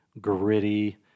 gritty